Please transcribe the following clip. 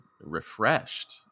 refreshed